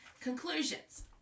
conclusions